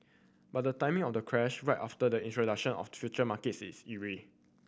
but the timing of the crash right after the introduction of future markets is eerie